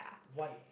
one